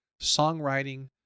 songwriting